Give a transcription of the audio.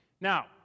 Now